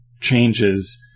changes